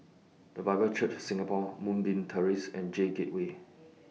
The Bible Church Singapore Moonbeam Terrace and J Gateway